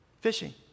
fishing